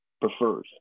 prefers